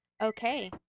Okay